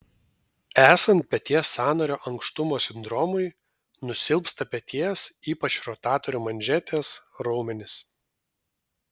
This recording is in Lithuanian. esant peties sąnario ankštumo sindromui nusilpsta peties ypač rotatorių manžetės raumenys